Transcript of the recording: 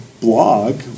blog